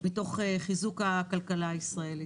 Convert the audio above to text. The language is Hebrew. מתוך חיזוק הכלכלה הישראלית.